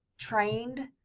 trained.